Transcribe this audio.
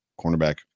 cornerback